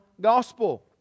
gospel